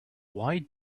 why